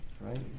right